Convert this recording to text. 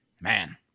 man